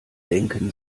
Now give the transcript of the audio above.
denken